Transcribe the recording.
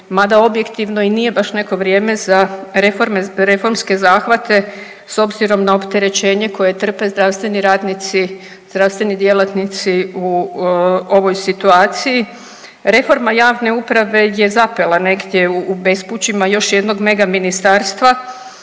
mada objektivno i nije baš neko vrijeme za reforme, reformske zahvate s obzirom na opterećenje koje trpe zdravstveni radnici i zdravstveni djelatnici u ovoj situaciji. Reforma javne uprave je zapela negdje u bespućima još jednog mega ministarstva,